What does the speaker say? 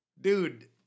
Dude